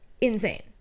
Insane